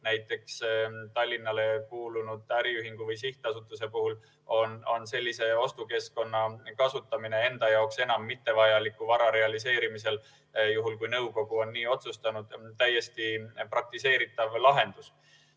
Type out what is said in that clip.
Näiteks Tallinnale kuulunud äriühingu või sihtasutuse puhul on sellise ostukeskkonna kasutamine enda jaoks mittevajaliku vara realiseerimisel, juhul kui nõukogu on nii otsustanud, täiesti praktiseeritav lahendus.